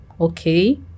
okay